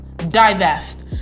divest